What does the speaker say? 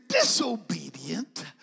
disobedient